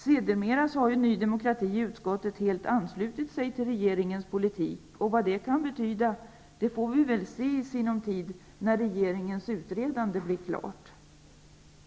Sedermera har Ny demokrati i utskottet helt anslutit sig till regeringens politik. Vad det kan betyda får vi väl se i sinom tid, när regeringens utredande blir klart.